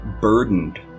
burdened